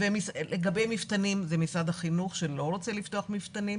לגבי מפתנים זה משרד החינוך שלא רוצה לפתוח מפתנים.